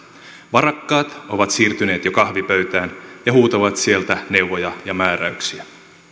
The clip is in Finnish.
varakkaat ovat siirtyneet jo kahvipöytään ja huutavat sieltä neuvoja ja määräyksiä